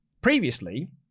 Previously